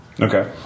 Okay